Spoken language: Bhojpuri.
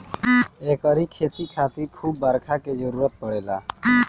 एकरी खेती खातिर खूब बरखा के जरुरत पड़ेला